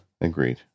agreed